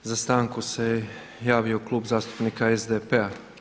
Za stanku se javio Klub zastupnika SDP-a.